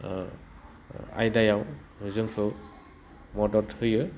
आयदायाव जोंखौ मदद होयो